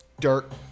dirt